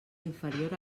inferior